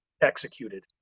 executed